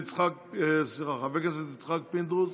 חבר הכנסת יצחק פינדרוס.